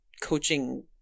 coaching